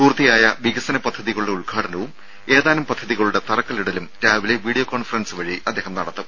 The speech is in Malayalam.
പൂർത്തിയായ വികസന പദ്ധതികളുടെ ഉദ്ഘാടനവും ഏതാനും പദ്ധതികളുടെ തറക്കല്ലിടലും രാവിലെ വീഡിയോ കോൺഫറൻസ് വഴി അദ്ദേഹം നടത്തും